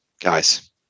Guys